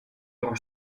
loro